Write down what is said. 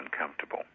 uncomfortable